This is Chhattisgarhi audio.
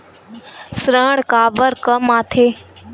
ऋण काबर कम आथे?